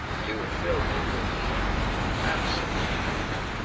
you fill me with horror with absolute horror.